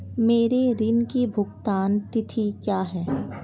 मेरे ऋण की भुगतान तिथि क्या है?